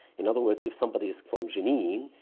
in other words, if somebody is from jenin,